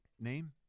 name